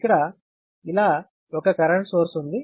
ఇక్కడ ఇలా ఒక కరెంట్ సోర్స్ ఉంది